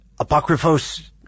Apocryphos